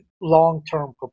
long-term